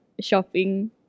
shopping